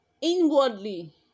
inwardly